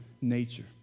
nature